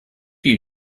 you